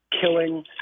killing